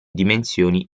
dimensioni